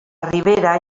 ribera